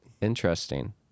Interesting